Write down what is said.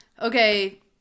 okay